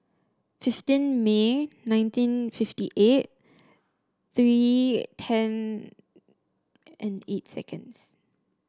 fifteen May nineteen fifty eight three ten and eight seconds